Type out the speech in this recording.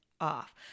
off